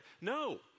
No